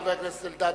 חבר הכנסת אלדד,